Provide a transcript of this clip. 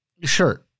Sure